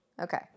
Okay